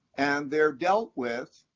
and they're dealt with